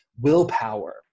willpower